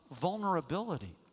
vulnerability